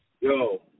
Yo